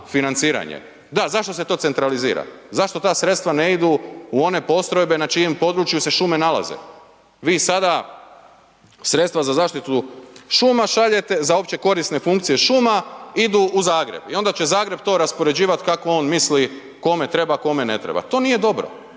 Da, zašto se to centralizira? Zašto ta sredstva ne idu u one postrojbe na čijem području se šume nalaze? Vi sada sredstva za zaštitu šuma šaljete za općekorisne funkcije šuma, idu u Zagreb i onda će Zagreb to raspoređivati kako on misli kome treba, kome ne treba. To nije dobro.